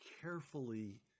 carefully